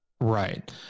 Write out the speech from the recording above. Right